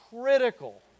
critical